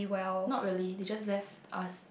not really they just left us